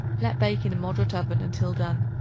let bake in a moderate oven until done.